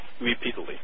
Repeatedly